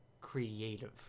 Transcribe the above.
creative